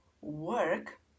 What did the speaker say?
work